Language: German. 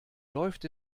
läuft